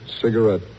cigarette